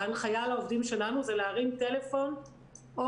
ההנחיה לעובדים שלנו היא להרים טלפון או